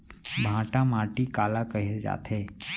भांटा माटी काला कहे जाथे?